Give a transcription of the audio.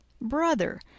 brother